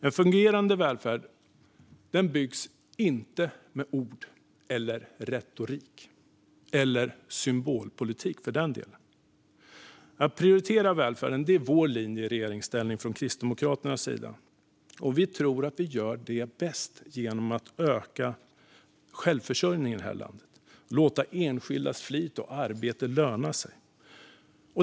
En fungerande välfärd byggs inte med ord, retorik eller, för den delen, med symbolpolitik. Att prioritera välfärden är vår linje i regeringsställning från Kristdemokraternas sida, och vi tror att vi gör detta bäst genom att öka självförsörjningen i det här landet och låta enskildas flit och arbete löna sig.